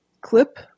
clip